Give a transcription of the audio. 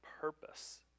purpose